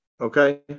Okay